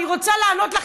אני רוצה לענות לך,